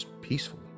peaceful